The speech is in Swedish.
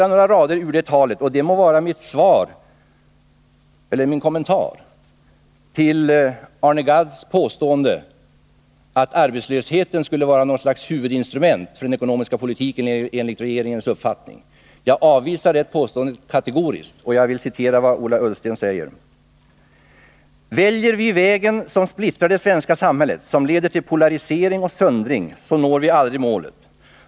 Några rader ur det talet må vara min kommentar till Arne Gadds påstående att arbetslösheten skulle vara något slags huvudinstrument för den ekonomiska politiken enligt regeringens uppfattning. Jag avvisar detta kategoriskt, och jag vill citera vad Ola Ullsten säger: ”Väljer vi vägen som splittrar det svenska samhället, som leder till polarisering och söndring, så når vi aldrig målet.